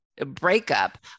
Breakup